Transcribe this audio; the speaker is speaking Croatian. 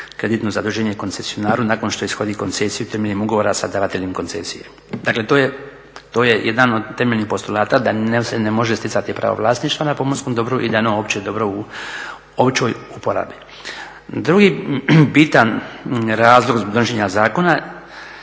kreditno zaduženje koncesionara nakon što … koncesiju temeljem ugovora sa davateljem koncesije. Dakle, to je jedan od temeljnih postulata da se ne može stjecati pravo vlasništva na pomorskom dobru i da je ono opće dobro u općoj uporabi. Drugi bitan razlog donošenja zakona